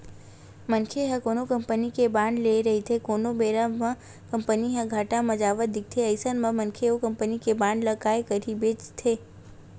मनखे ह कोनो कंपनी के बांड ले रहिथे कोनो बेरा म कंपनी ह घाटा म जावत दिखथे अइसन म मनखे ओ कंपनी के बांड ल काय करही बेंचथे